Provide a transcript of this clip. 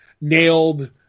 nailed